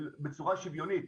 בצורה שוויונית,